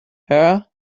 her